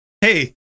hey